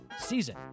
season